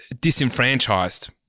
disenfranchised